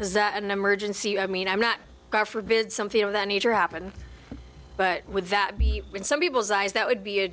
is that an emergency i mean i'm not god forbid something of that nature happen but would that be in some people's eyes that would be a